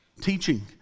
teaching